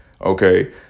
Okay